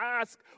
ask